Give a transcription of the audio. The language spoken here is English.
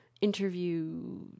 interview